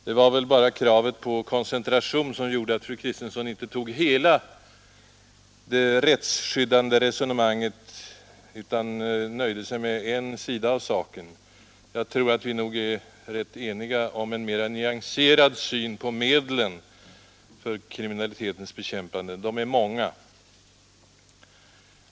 Det var väl bara kravet på koncentration som gjorde att fru Kristensson inte tog upp hela det rättsskyddande resonemanget utan nöjde sig med bara en sida av saken. Jag tror att vi är rätt eniga om en mera nyanserad syn på medlen för kriminalitetens bekämpande. De är mänga.